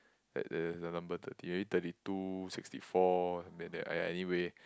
like there's a number thirty thirty two sixty four then they !aiya! anyway